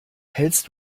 hältst